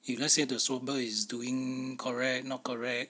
if let's say the swabber is doing correct not correct